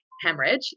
hemorrhage